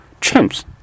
Chimps